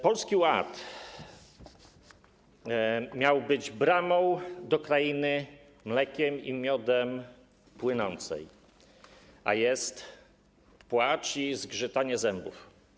Polski Ład miał być bramą do krainy mlekiem i miodem płynącej, a jest płacz i zgrzytanie zębów.